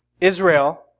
Israel